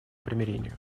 примирению